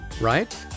right